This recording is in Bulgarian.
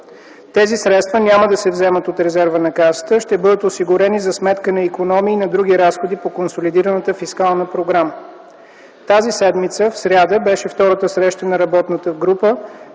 Тези средства няма да се вземат от резерва на Касата, а ще бъдат осигурени за сметка на икономии на други разходи по консолидираната фискална програма. Тази седмица в сряда беше втората среща на работната група,